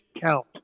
count